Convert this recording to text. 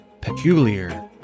peculiar